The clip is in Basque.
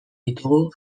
ditugu